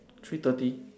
three thirty